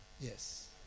Yes